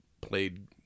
played